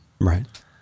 Right